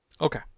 Okay